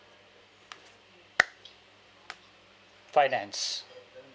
finance